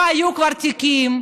והיו כבר תיקים,